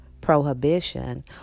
prohibition